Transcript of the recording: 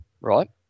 right